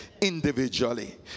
individually